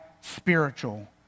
spiritual